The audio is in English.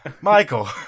Michael